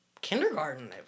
kindergarten